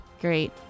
Great